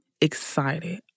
excited